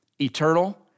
eternal